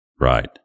Right